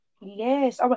Yes